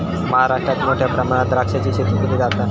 महाराष्ट्रात मोठ्या प्रमाणात द्राक्षाची शेती केली जाता